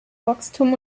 wachstum